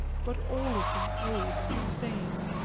but all of them old and stained.